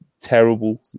terrible